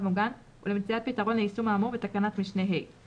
מוגן ולמציאת פתרון ליישום האמור בתקנת משנה (ה);